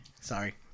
sorry